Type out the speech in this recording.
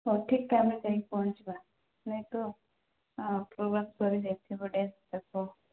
ହଉ ଠିକ୍ ଟାଇମ୍ରେ ଯାଇକି ପହଞ୍ଚିବା ନାଇଁ ତ ପୂର୍ଵ ସରି ଯାଇଥିବ ଡ୍ୟାନ୍ସ୍ ଯାକ